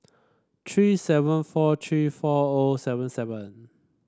three seven four three four O seven seven